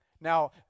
Now